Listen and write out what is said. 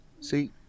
See